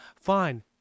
fine